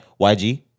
YG